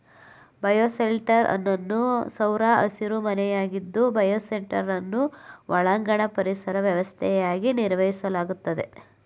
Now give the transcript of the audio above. bioshelter ಅನ್ನೋದು ಸೌರ ಹಸಿರುಮನೆಯಾಗಿದ್ದು ಬಯೋಶೆಲ್ಟರನ್ನು ಒಳಾಂಗಣ ಪರಿಸರ ವ್ಯವಸ್ಥೆಯಾಗಿ ನಿರ್ವಹಿಸಲಾಗ್ತದೆ